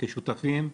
כשותפים.